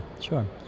sure